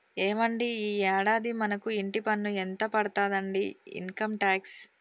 ఏవండి ఈ యాడాది మనకు ఇంటి పన్ను ఎంత పడతాదండి ఇన్కమ్ టాక్స్